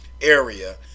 area